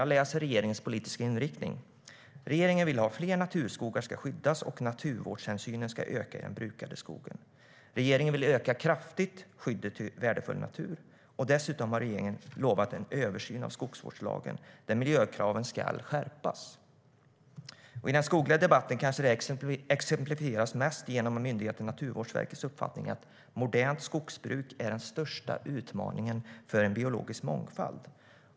Jag läser i regeringens politiska inriktning att man vill att fler naturskogar ska skyddas och att naturvårdshänsynen ska öka i den brukade skogen. Regeringen vill kraftigt öka anslagen till skydd av värdefull natur. Dessutom har regeringen lovat en översyn av skogsvårdslagen där miljökraven ska skärpas. I den skogliga debatten kanske det här mest exemplifieras av myndigheten Naturvårdsverkets uppfattning att det moderna skogsbruket är den största utmaningen för biologisk mångfald.